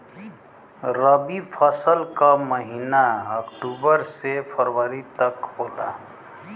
रवी फसल क महिना अक्टूबर से फरवरी तक होला